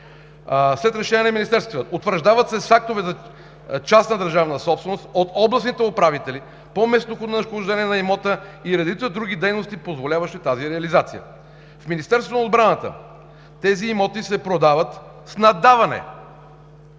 след решение на Министерския съвет утвърждават се с актове за частна държавна собственост от областните управители по местонахождение на имота и редица други дейности, позволяващи тази реализация. В Министерството на отбраната тези имоти се продават с наддаване.